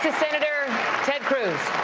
senator, ted cruz.